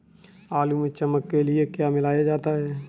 आलू में चमक के लिए क्या मिलाया जाता है?